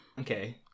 Okay